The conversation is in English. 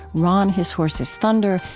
ron his horse is thunder,